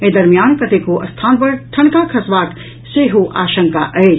एहि दरमियान कतेको स्थान पर ठनका खसबाक सेहो आशंका अछि